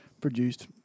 produced